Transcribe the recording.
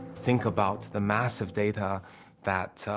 think about the massive data that,